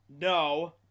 No